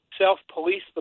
self-police